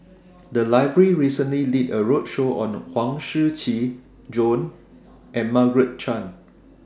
The Library recently did A roadshow on Huang Shiqi Joan and Margaret Chan